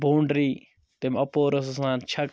boundary تَمہِ اپور اوس آسان چھَکہٕ